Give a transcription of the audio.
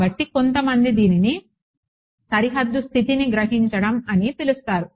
కాబట్టి కొంతమంది దీనిని సరిహద్దు స్థితిని గ్రహించడం అని పిలుస్తారు